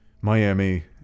Miami